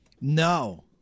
No